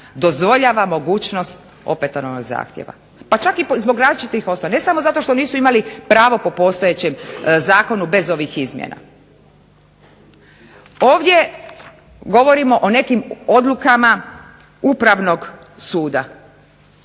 dozvoljava mogućnost opetovanog zahtjeva, pa čak i zbog različitih poslova, ne samo zato što nisu imali pravo po postojećem zakonu bez ovih izmjena. Ovdje govorimo o nekim odlukama Upravnog suda.